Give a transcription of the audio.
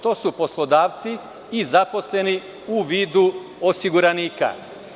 To su poslodavci i zaposleni u vidu osiguranika.